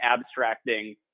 abstracting